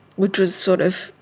which was sort of,